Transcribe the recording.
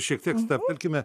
šiek tiek stabtelkime